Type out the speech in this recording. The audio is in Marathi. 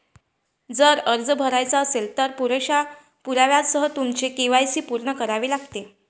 जर अर्ज भरायचा असेल, तर पुरेशा पुराव्यासह तुमचे के.वाय.सी पूर्ण करावे लागेल